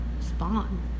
Spawn